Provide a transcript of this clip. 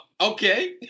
okay